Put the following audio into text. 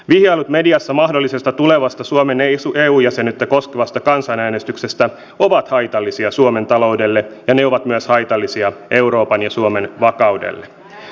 vihjailut mediassa mahdollisesta tulevasta suomen eu jäsenyyttä koskevasta kansanäänestyksestä ovat haitallisia suomen taloudelle ja ne ovat haitallisia myös euroopan ja suomen vakaudelle